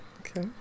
Okay